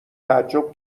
تعجب